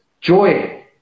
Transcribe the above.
joy